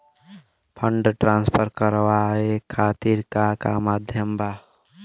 Fund transfer करवाये खातीर का का माध्यम बा?